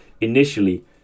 initially